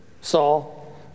Saul